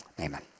amen